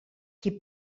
qui